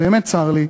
באמת צר לי,